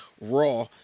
Raw